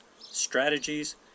strategies